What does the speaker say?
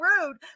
rude